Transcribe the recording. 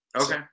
Okay